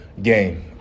Game